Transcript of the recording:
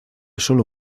sólo